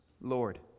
Lord